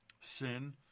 Sin